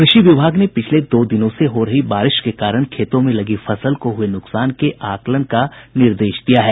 कृषि विभाग ने पिछले दो दिनों से हो रही बारिश के कोरण खेतों में लगी फसल को हुये नुकसान के आकलन करने का निर्देश दिया है